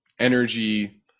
energy